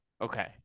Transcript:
Okay